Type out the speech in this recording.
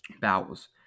bowels